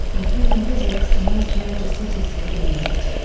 including visits to most major cities in the east.